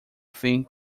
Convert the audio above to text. think